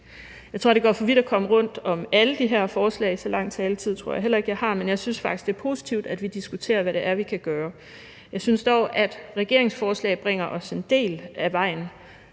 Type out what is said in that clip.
Jeg tror, det fører for vidt at komme rundt om alle de her forslag – så lang taletid tror jeg heller ikke jeg har – men jeg synes faktisk, det er positivt, at vi diskuterer, hvad det er, vi kan gøre. Jeg synes dog, at regeringens forslag bringer os en del ad vejen,